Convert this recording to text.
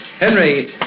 Henry